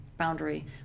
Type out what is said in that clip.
boundary